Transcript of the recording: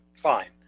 fine